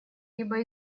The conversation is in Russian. либо